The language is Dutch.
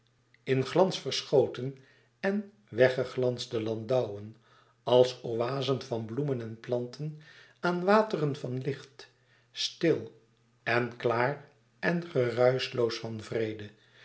in glans verschoten en weggeglansde landouwen als oazen van bloemen en planten aan wateren van licht stil en klaar en geruischloos van vrede